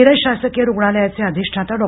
मिरज शासकीय रुग्णालयाचे अधिष्ठता डॉ